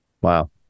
Wow